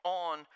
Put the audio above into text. on